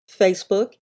Facebook